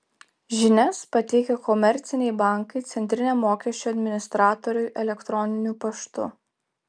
žinias pateikia komerciniai bankai centriniam mokesčių administratoriui elektroniniu paštu